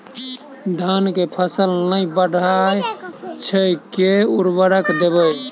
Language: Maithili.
धान कऽ फसल नै बढ़य छै केँ उर्वरक देबै?